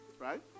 Right